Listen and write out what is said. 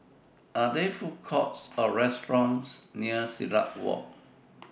Are There Food Courts Or restaurants near Silat Walk